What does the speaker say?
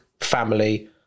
family